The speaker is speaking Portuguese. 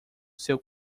seu